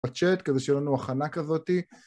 פרצ'ט כזה שלנו הכנה כזאתי